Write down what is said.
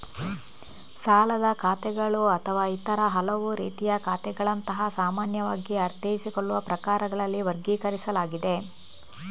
ಸಾಲದ ಖಾತೆಗಳು ಅಥವಾ ಇತರ ಹಲವು ರೀತಿಯ ಖಾತೆಗಳಂತಹ ಸಾಮಾನ್ಯವಾಗಿ ಅರ್ಥೈಸಿಕೊಳ್ಳುವ ಪ್ರಕಾರಗಳಲ್ಲಿ ವರ್ಗೀಕರಿಸಲಾಗಿದೆ